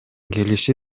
келиши